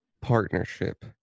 partnership